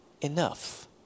enough